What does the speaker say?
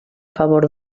favor